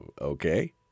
okay